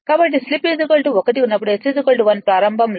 కాబట్టి స్లిప్ 1 ఉన్నప్పుడు S 1 ప్రారంభంలో